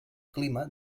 clima